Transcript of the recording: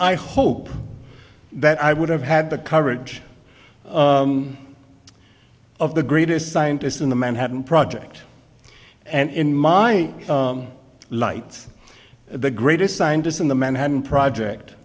i hope that i would have had the courage of the greatest scientists in the manhattan project and in my lights the greatest scientists in the manhattan project